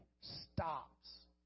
stops